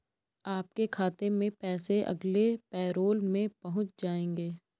आपके खाते में पैसे अगले पैरोल में पहुँच जाएंगे